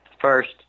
First